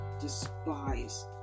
despise